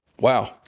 Wow